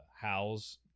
Howl's